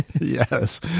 Yes